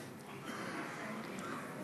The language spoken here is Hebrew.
ציבוריים,